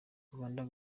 rwanda